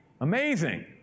Amazing